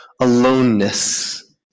aloneness